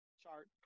chart